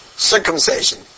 Circumcision